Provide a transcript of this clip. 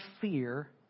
fear